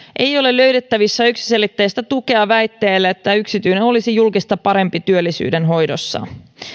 ei ole löydettävissä yksiselitteistä tukea väitteelle että yksityinen olisi julkista parempi työllisyyden hoidossa